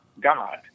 God